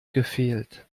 gefehlt